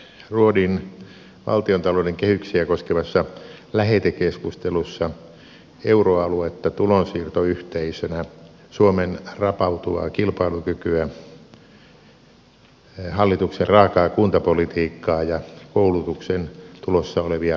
ruodin valtiontalouden kehyksiä koskevassa lähetekeskustelussa euroaluetta tulonsiirtoyhteisönä suomen rapautuvaa kilpailukykyä hallituksen raakaa kuntapolitiikkaa ja koulutukseen tulossa olevia rajuja leikkauksia